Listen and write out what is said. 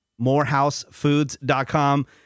MorehouseFoods.com